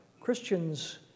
Christians